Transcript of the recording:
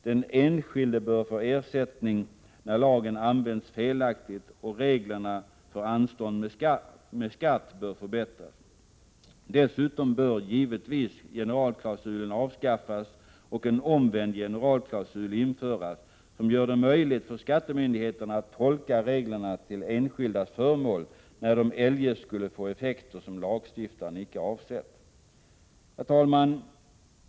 Den enskilde bör få ersättning när lagen har använts felaktigt, och reglerna för anstånd med skatt bör förbättras. Dessutom bör givetvis generalklausulen avskaffas och en omvänd generalklausul införas, som gör det möjligt för skattemyndigheterna att tolka reglerna till enskildas förmån, när reglerna eljest skulle få effekter som lagstiftaren icke avsett. Herr talman!